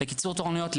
לקיצור תורנויות,